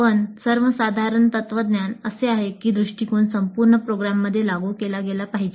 पण सर्वसाधारण तत्वज्ञान असे आहे की दृष्टीकोन संपूर्ण प्रोग्राममध्ये लागू केला गेला पाहिजे